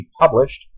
published